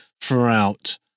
throughout